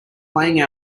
playing